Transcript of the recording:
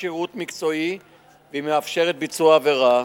שירות מקצועי והיא מאפשרת ביצוע עבירה,